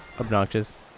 obnoxious